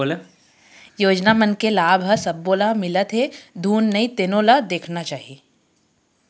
योजना मन के लाभ ह सब्बो ल मिलत हे धुन नइ तेनो ल देखना चाही